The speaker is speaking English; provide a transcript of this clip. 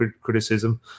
criticism